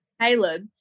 Caleb